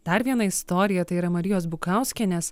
dar viena istorija tai yra marijos bukauskienės